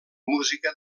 música